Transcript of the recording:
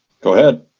go ahead.